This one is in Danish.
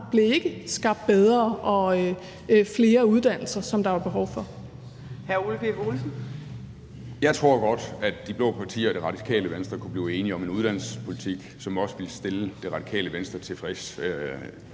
blev ikke skabt bedre og flere uddannelser, som der var behov for.